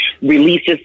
releases